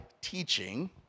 teaching